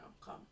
Come